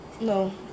no